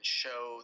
show